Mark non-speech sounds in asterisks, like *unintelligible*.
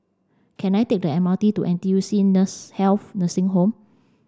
can I take the M R T to N T U C in the *unintelligible* Health Nursing Home